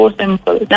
simple